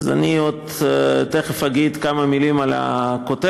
אני תכף אגיד כמה מילים על הכותרת,